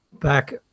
back